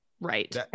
Right